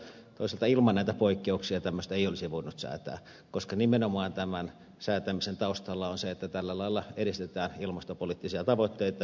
toisaalta ilman näitä poikkeuksia tämmöistä ei olisi voinut säätää koska nimenomaan tämän säätämisen taustalla on se että tällä lailla edistetään ilmastopoliittisia tavoitteita